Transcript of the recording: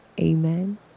amen